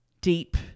deep